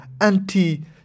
Anti